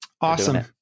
Awesome